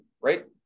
right